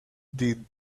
did